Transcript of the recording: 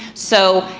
so,